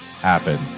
Happen